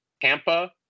Tampa